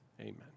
Amen